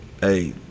hey